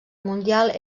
mundial